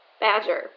Badger